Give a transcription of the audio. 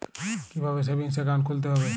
কীভাবে savings account খুলতে হবে?